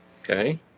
Okay